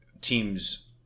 teams